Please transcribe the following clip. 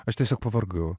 aš tiesiog pavargau